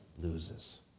loses